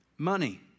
Money